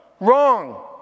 wrong